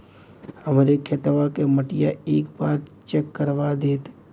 हमरे खेतवा क मटीया एक बार चेक करवा देत?